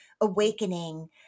awakening